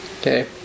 Okay